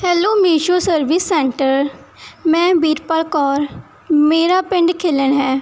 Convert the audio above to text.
hello Meesho service centre ਮੈਂ ਬੀਰਪਾਲ ਕੌਰ ਮੇਰਾ ਪਿੰਡ ਖਿਲਣ ਹੈ